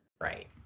Right